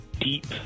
deep